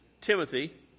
Timothy